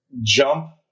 jump